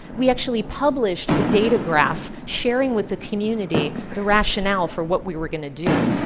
we actually published the data graph sharing with the community the rationale for what we were going to do,